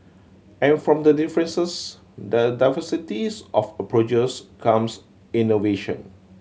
and from the differences the diversities of approaches comes innovation